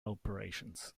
operations